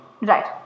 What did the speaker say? Right